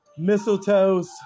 Mistletoes